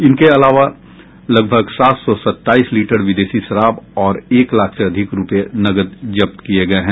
इनके अलावा लगभग सात सौ सत्ताईस लीटर विदेशी शराब और एक लाख से अधिक रुपये नकद जब्त किए गए हैं